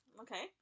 Okay